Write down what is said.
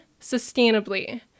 sustainably